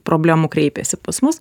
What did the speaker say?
problemų kreipiasi pas mus